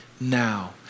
now